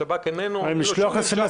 השב"כ איננו --- אזרחי.